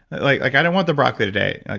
like like i don't want the broccoli today.